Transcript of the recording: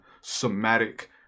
somatic